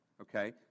okay